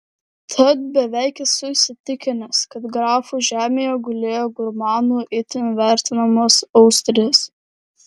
tad beveik esu įsitikinęs kad grafų žemėje gulėjo gurmanų itin vertinamos austrės